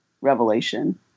revelation